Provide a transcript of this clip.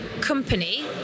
company